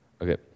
Okay